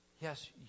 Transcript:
Yes